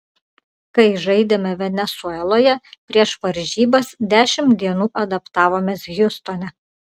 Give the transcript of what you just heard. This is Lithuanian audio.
kai žaidėme venesueloje prieš varžybas dešimt dienų adaptavomės hjustone